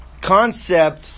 concept